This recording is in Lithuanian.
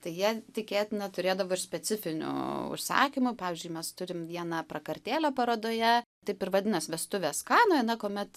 tai jie tikėtina turėdavo ir specifinių užsakymų pavyzdžiui mes turim vieną prakartėlę parodoje taip ir vadinas vestuvės kanoje na kuomet